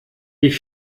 die